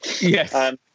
Yes